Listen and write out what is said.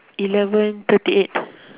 eleven thirty eight